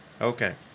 Okay